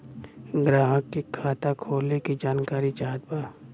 ग्राहक के खाता खोले के जानकारी चाहत बा?